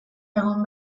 egon